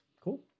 Cool